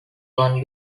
one